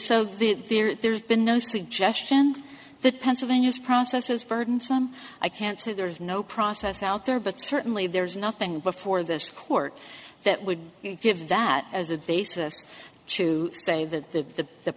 so the there there's been no suggestion that pennsylvania's process is burdensome i can't say there is no process out there but certainly there is nothing before this court that would give that as a basis to say that the